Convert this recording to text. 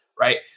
Right